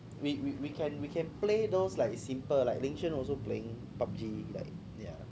we we we can we can play those like simple like linxuan also playing P_U_B_G like ya